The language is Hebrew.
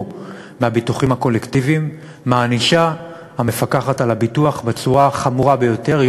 מהביטוחים הקולקטיביים מענישה המפקחת על הביטוח בצורה החמורה ביותר.